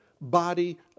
body